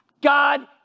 God